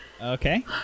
okay